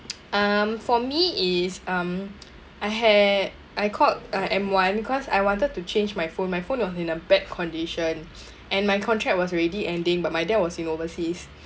um for me is um I had I called uh M1 cause I wanted to change my phone my phone was in a bad conditions and my contract was already ending but my dad was in overseas